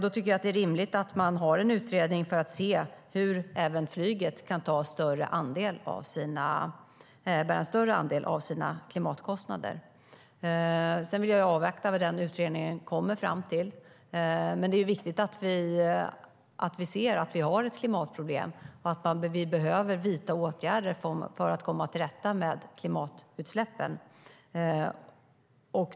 Då är det rimligt att ha en utredning för att se på hur även flyget kan bära en större andel av sina klimatkostnader. Jag vill avvakta vad denna utredning kommer fram till, men det är viktig att vi ser att vi har ett klimatproblem och att vi behöver vidta åtgärder för att komma till rätta med klimatutsläppen.